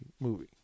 movie